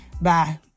bye